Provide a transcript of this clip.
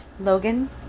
Logan